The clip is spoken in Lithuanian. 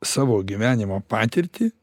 savo gyvenimo patirtį